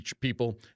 people